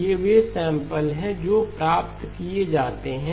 ये वे सैंपल हैं जो प्राप्त किए जाते हैं